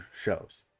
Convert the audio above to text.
shows